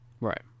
Right